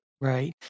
Right